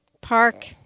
park